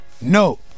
no